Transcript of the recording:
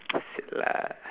shit lah